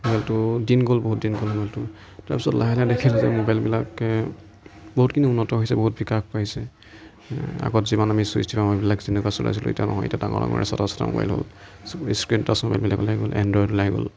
সেইটো দিন গ'ল বহুত দিন গ'ল মোবাইলটো তাৰ পিছত লাহে লাহে দেখিলোঁ যে মোবাইলবিলাকে বহুতখিনি উন্নত হৈছে বহুত বিকাশ পাইছে আগত যিমান আমি চুইচ টিপা মোবাইলবিলাক তেনেকুৱা চলাইছিলোঁ এতিয়া তেনেকুৱা নহয় এতিয়া ডাঙৰ ডাঙৰ এচটা এচটা মোবাইল হ'ল চবৰে স্ক্ৰীণ টাচ মোবাইল হ'ল এণ্ড্ৰইড ওলাই গ'ল